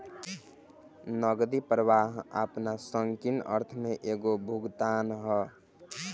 नगदी प्रवाह आपना संकीर्ण अर्थ में एगो भुगतान ह